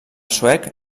suec